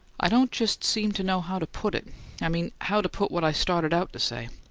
i don't just seem to know how to put it i mean how to put what i started out to say.